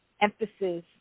emphasis